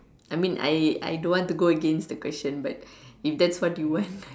I mean I I don't want to go against the question but if that's what you want